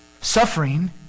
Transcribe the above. suffering